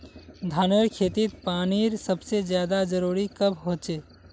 धानेर खेतीत पानीर सबसे ज्यादा जरुरी कब होचे?